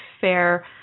fair